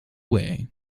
way